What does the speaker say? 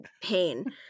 pain